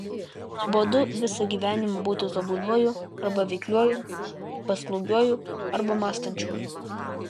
nuobodu visą gyvenimą būti tobuluoju arba veikliuoju paslaugiuoju arba mąstančiuoju